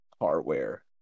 hardware